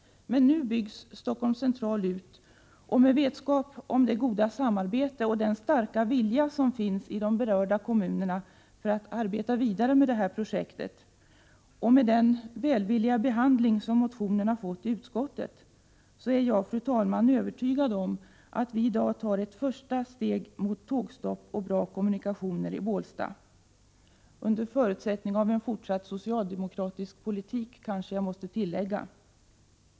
Men nu byggs Stockholms central ut, och med vetskap om det goda samarbete och den starka vilja som finns i de berörda kommunerna till att arbeta vidare med projektet och den välvilliga behandling som motionen har fått i utskottet, är jag, fru talman, övertygad om att vi i dag tar ett första steg mot tågstopp och bra kommunikationer i Bålsta — under förutsättning av en fortsatt socialdemokratisk politik, kanske jag måste tillägga.